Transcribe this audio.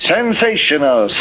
Sensational